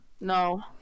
No